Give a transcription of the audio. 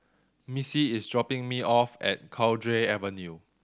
Missie is dropping me off at Cowdray Avenue